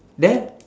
there